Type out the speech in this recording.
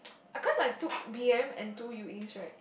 I can't like took b_m and two u_e right